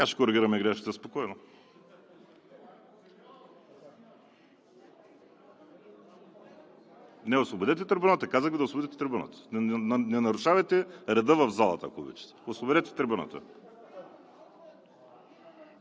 ще коригираме грешката, спокойно. Освободете трибуната. Казах Ви да освободите трибуната. Не нарушавайте реда в залата, ако обичате. Освободете трибуната!